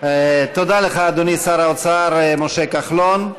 תודה לך, אדוני שר האוצר משה כחלון.